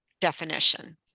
definition